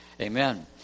Amen